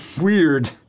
weird